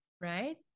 right